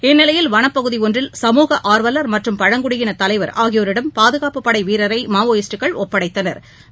இந்நிலையில் வனப்பகுதி ஒன்றில் சமூக ஆர்வல் மற்றும் பழங்குடியின தலைவர் ஆகியோரிடம் பாதுகாப்பு படை வீரரை மாவோயிஸ்ட்கள் ஒப்படைத்தனா்